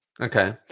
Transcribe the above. Okay